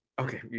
Okay